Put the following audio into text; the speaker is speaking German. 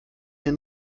hier